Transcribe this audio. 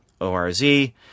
O-R-Z